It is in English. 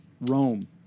Rome